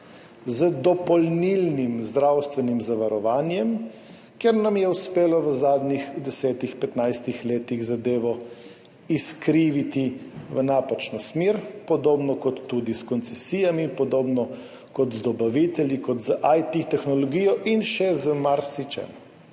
z dopolnilnim zdravstvenim zavarovanjem, kjer nam je uspelo v zadnjih 10, 15 letih zadevo izkriviti v napačno smer, podobno kot tudi s koncesijami, podobno kot z dobavitelji, kot s tehnologijo IT in še z marsičim.